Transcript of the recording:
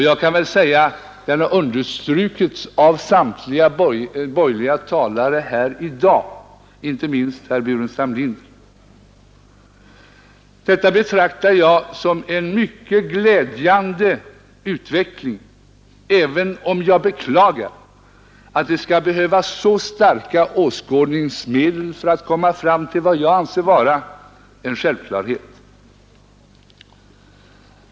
Jag kan väl säga att den har understrukits av samtliga borgerliga talare här i dag, inte minst av herr Burenstam Linder. Detta betraktar jag som en mycket glädjande utveckling, även om jag beklagar att det skall behövas så starka åskådningsmedel för att komma fram till vad jag anser vara en självklarhet.